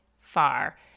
far